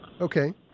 Okay